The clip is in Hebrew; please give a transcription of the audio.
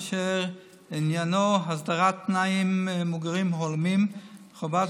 אשר עניינה הסדרת תנאי מגורים הולמים וחובת